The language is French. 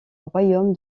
royaume